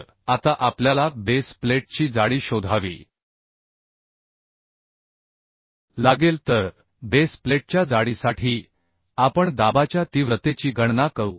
तर आता आपल्याला बेस प्लेटची जाडी शोधावी लागेल तर बेस प्लेटच्या जाडीसाठी आपण दाबाच्या तीव्रतेची गणना करू